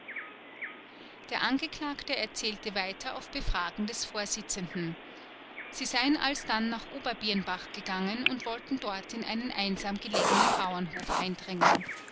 der angeklagte erzählte weiter auf befragen des vorsitzenden sie seien alsdann nach oberbirnbach gegangen und wollten dort in einen einsam gelegenen bauernhof eindringen